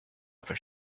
ever